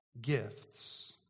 gifts